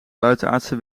buitenaardse